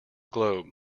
globe